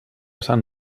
sant